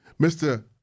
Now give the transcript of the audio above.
Mr